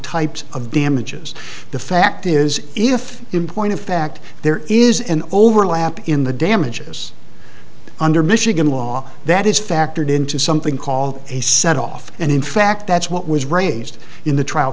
of damages the fact is if in point of fact there is an overlap in the damages under michigan law that is factored into something called a set off and in fact that's what was raised in the trial